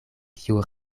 kiu